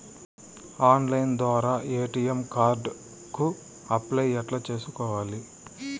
Online ద్వారా ATM card కు apply ఎట్లా సేసుకోవాలి?